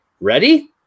Ready